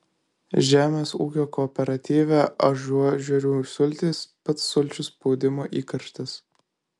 žemės ūkio kooperatyve ažuožerių sultys pats sulčių spaudimo įkarštis